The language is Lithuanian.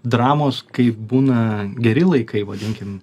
dramos kai būna geri laikai vadinkim